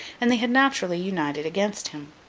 and they had naturally united against him.